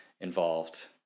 involved